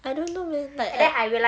I don't know leh like I